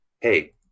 hey